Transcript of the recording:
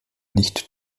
nicht